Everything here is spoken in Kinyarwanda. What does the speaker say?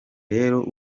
rero